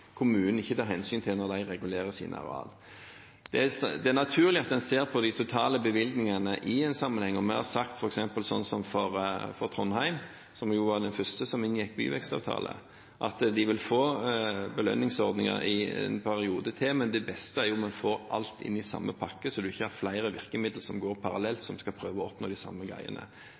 kommunen ikke tar hensyn til når den regulerer sine arealer. Det er naturlig at en ser de totale bevilgningene i sammenheng. Vi har sagt at f.eks. Trondheim, som jo var den første byen som inngikk en byvekstavtale, vil få belønningsordninger i en periode til, men det beste er om en får alt inn i samme pakke, så en ikke har flere virkemidler som går parallelt, for å prøve å oppnå det samme.